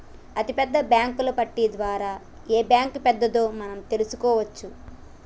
అతిపెద్ద బ్యేంకుల పట్టిక ద్వారా ఏ బ్యాంక్ పెద్దదో మనం తెలుసుకోవచ్చు